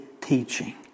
teaching